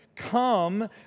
Come